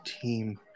team